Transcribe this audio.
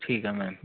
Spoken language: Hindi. ठीक है मैम